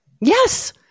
Yes